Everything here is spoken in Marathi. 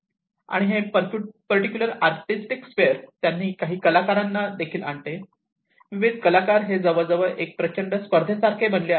आणि हे पर्टिक्युलर आर्टिस्टिक स्क्वेअर त्यांनी काही कलाकारांना देखील आणले विविध कलाकार हे जवळजवळ एक प्रचंड स्पर्धेसारखे बनले आहे